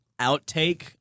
Outtake